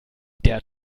der